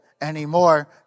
anymore